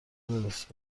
برسه